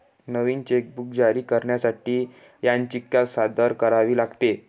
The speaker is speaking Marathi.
नवीन चेकबुक जारी करण्यासाठी याचिका सादर करावी लागेल